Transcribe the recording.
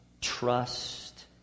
Trust